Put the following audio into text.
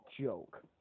joke